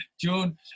June